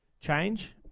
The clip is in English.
change